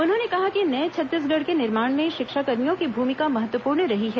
उन्होंने कहा कि नए छत्तीसगढ़ के निर्माण में शिक्षाकर्मियों की भूमिका महत्वपूर्ण रही है